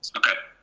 okay.